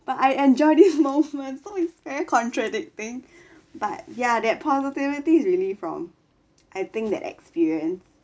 but I enjoyed this moment so is very contradicting but ya that positivity is really from I think that experience